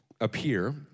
appear